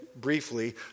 briefly